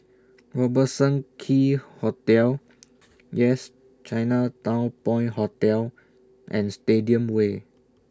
Robertson Quay Hotel Yes Chinatown Point Hotel and Stadium Way